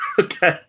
okay